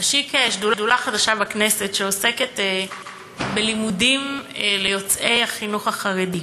נשיק שדולה חדשה בכנסת שעוסקת בלימודים ליוצאי החינוך החרדי.